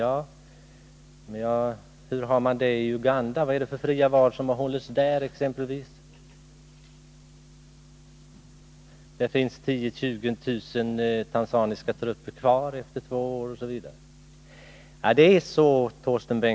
Men hur har man det i Uganda? Vad är det för fria val som har hållits där? Det finns t.ex. tanzaniska trupper på 10 000-20 000 man kvar där efter två år.